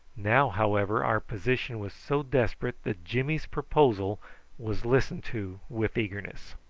now, however, our position was so desperate that jimmy's proposal was listened to with eagerness.